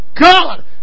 God